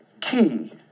key